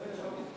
כדי שיהיה לך למי